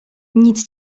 nic